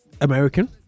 American